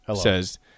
says